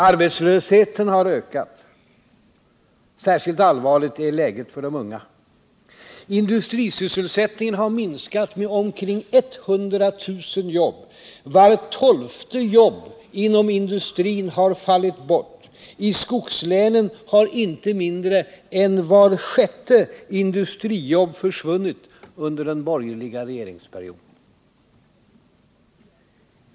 Arbetslösheten har ökat. Särskilt allvarligt är läget för de unga. Industrisysselsättningen har minskat med omkring 100 000 jobb. Vart tolfte jobb inom industrin har fallit bort. I skogslänen har inte mindre än vart sjätte industrijobb försvunnit under den borgerliga regeringsperioden.